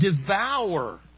devour